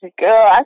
Girl